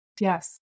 Yes